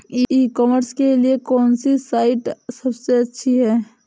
ई commerce के लिए कौनसी साइट सबसे अच्छी है?